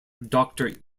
doctor